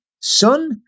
Son